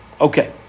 Okay